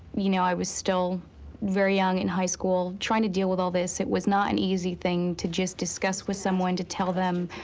you know, i was still very young in high school trying to deal with all this. it was not an easy thing just discuss with someone to tell them.